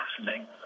listening